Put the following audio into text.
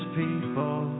people